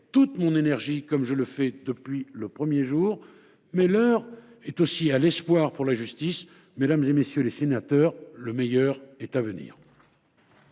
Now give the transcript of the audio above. toute mon énergie, comme je le fais depuis le premier jour –, elle est aussi à l’espoir pour la justice. Mesdames, messieurs les sénateurs, le meilleur est à venir